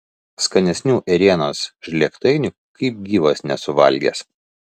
skanesnių ėrienos žlėgtainių kaip gyvas nesu valgęs